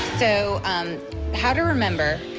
so how to remember.